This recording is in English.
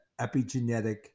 epigenetic